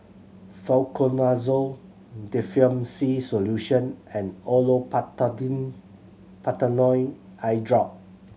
Fluconazole Difflam C Solution and Olopatadine Patanol Eyedrop